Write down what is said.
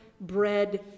bread